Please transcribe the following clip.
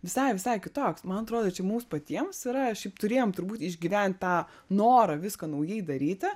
visai visai kitoks man atrodo čia mums patiems yra šiaip turėjom turbūt išgyvent tą norą viską naujai daryti